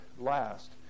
last